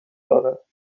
دارد